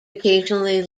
occasionally